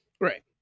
right